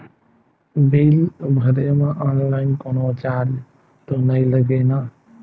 Bill भरे मा online कोनो चार्ज तो नई लागे ना?